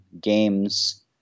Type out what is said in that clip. games